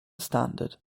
standard